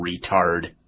retard